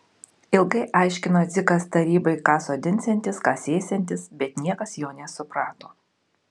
ilgai aiškino dzikas tarybai ką sodinsiantis ką sėsiantis bet niekas jo nesuprato